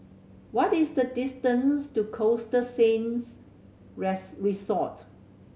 what is the distance to Costa Sands Resort